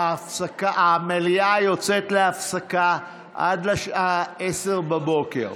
המליאה יוצאת להפסקה עד השעה 10:00 בבוקר.